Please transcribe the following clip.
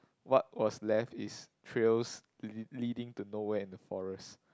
what was left is trails leading to nowhere in the forest